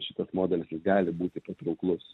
šitas modelis jis gali būti patrauklus